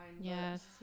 Yes